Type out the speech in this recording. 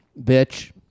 bitch